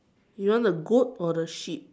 you want the goat or the sheep